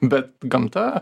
bet gamta